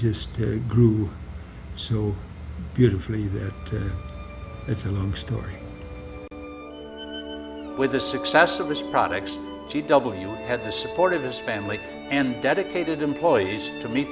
just grew so beautifully that it's a long story with the success of its products g w at this point of this family and dedicated employees to meet